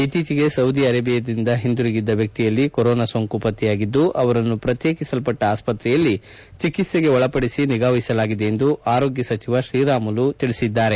ಇತ್ತೀಚಿಗೆ ಸೌದಿ ಆರೇಬಿಯಾದಿಂದ ಒಂದಿರುಗಿದ್ದ ವ್ಯಕ್ತಿಯಲ್ಲಿ ಕೊರೋನಾ ಸೋಂಕು ಪತ್ತೆಯಾಗಿದ್ದುಅವರನ್ನು ಪ್ರಕ್ಶೇಕಿಸಲ್ಲಟ್ಟ ಆಸ್ತ್ರೆಯಲ್ಲಿ ಚಿಕಿತ್ಸೆಗೆ ಒಳಪಡಿಸಿ ನಿಗಾವಹಿಸಲಾಗಿದೆ ಎಂದು ಆರೋಗ್ಯ ಸಚಿವ ಶ್ರೀರಾಮುಲು ಟ್ವೀಟ್ ಮಾಡಿದ್ದಾರೆ